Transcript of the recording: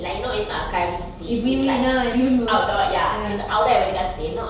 like you know it's not our kayaking C_C_A it's like outdoor ya outdoor adventure club C_C_A not